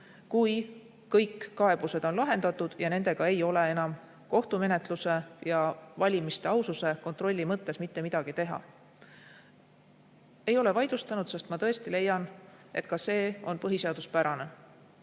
kui kõik kaebused on lahendatud ja nendega ei ole enam kohtumenetluse ja valimiste aususe kontrolli mõttes mitte midagi teha. Me ei ole seda vaidlustanud, sest ma tõesti leian, et ka see kord on põhiseaduspärane.